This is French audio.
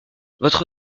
votre